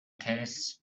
case